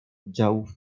oddziałów